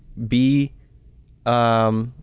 be um,